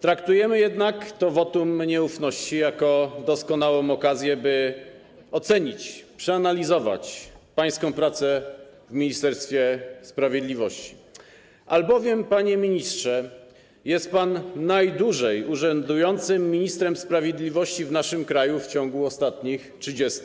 Traktujemy jednak to wotum nieufności jako doskonałą okazję, by ocenić, przeanalizować pańską pracę w Ministerstwie Sprawiedliwości, albowiem, panie ministrze, jest pan najdłużej urzędującym ministrem sprawiedliwości w naszym kraju w ciągu ostatnich 30